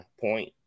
point